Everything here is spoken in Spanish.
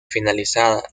finalizada